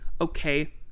okay